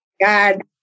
God